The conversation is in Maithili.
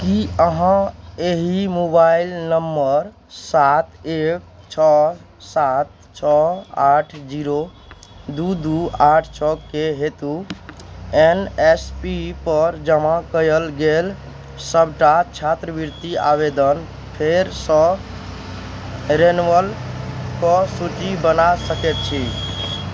की अहाँ एही मोबाइल नम्बर सात एक छओ सात छओ आठ जीरो दू दू आठ छओके हेतु एन एस पी पर जमा कयल गेल सभटा छात्रवृति आवेदन फेरसँ रेनवल कऽ सूची बना सकै छी